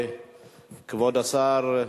כבוד השר,